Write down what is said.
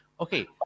Okay